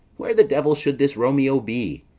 where the devil should this romeo be?